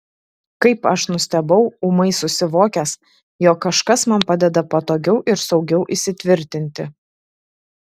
kaip aš nustebau ūmai susivokęs jog kažkas man padeda patogiau ir saugiau įsitvirtinti